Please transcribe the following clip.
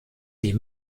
die